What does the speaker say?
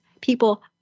people